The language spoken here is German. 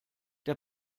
der